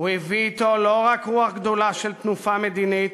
הוא הביא אתו לא רק רוח גדולה של תנופה מדינית,